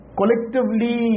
collectively